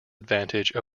advantage